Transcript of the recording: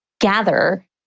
gather